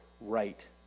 right